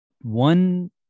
one